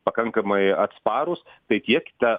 pakankamai atsparūs tai tiek ta